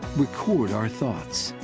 record our thoughts,